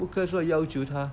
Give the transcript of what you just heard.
不可以说要求他